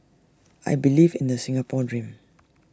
I believe in the Singapore dream